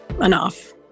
enough